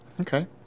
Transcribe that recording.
Okay